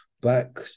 back